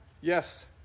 Yes